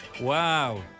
Wow